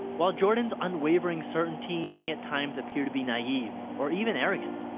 while jordan's unwavering certainty may at times appear to be naive, or even arrogant,